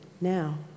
now